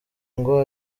ngo